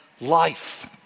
life